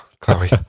Chloe